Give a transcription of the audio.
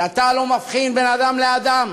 שאתה לא מבחין בין אדם לאדם,